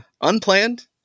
unplanned